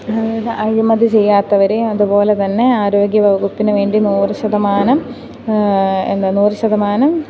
അതായത് അഴിമതി ചെയ്യാത്തവരെ അതുപോലെതന്നെ ആരോഗ്യവകുപ്പിനു വേണ്ടി നൂറു ശതമാനം എന്താ നൂറു ശതമാനം